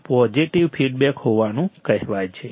તે પોઝિટિવ હોવાનું કહેવાય છે